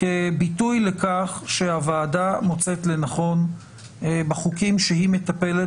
כביטוי לכך שהוועדה מוצאת לנכון בחוקים שהיא מטפלת